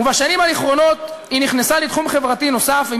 ובשנים האחרונות היא נכנסה לתחום חברתי נוסף: היא